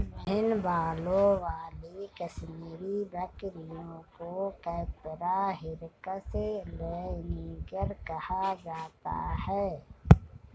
महीन बालों वाली कश्मीरी बकरियों को कैपरा हिरकस लैनिगर कहा जाता है